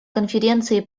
конференции